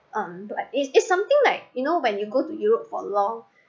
um like is something like you know when you go to europe for long